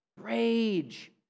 rage